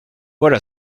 voilà